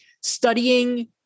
studying